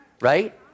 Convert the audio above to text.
right